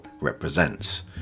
represents